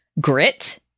grit